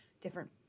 different